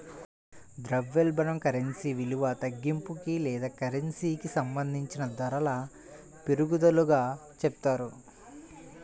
ద్రవ్యోల్బణం కరెన్సీ విలువ తగ్గింపుకి లేదా కరెన్సీకి సంబంధించిన ధరల పెరుగుదలగా చెప్తారు